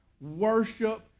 worship